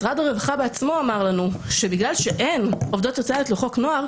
משרד הרווחה בעצמו אמר לנו שבגלל שאין עובדות סוציאליות לחוק הנוער,